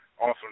awesome